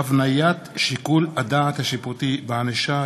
(הבניית שיקול הדעת השיפוטי בענישה),